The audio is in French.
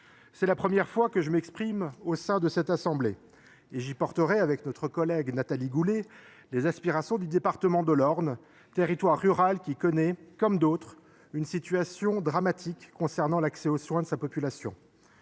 c’est la première fois que je m’exprime au sein de cette assemblée. J’y porterai, avec ma collègue Nathalie Goulet, les aspirations du département de l’Orne, territoire rural qui connaît, comme d’autres, une situation dramatique concernant l’accès aux soins de sa population.